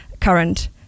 current